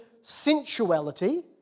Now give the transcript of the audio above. sensuality